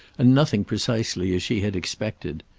and nothing precisely as she had expected.